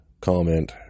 comment